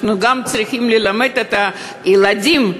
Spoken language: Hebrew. אנחנו גם צריכים ללמד את הילדים,